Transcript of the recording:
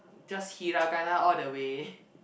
just Hiragana all the way